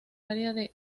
área